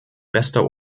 bester